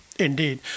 Indeed